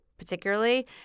particularly